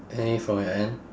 any from your end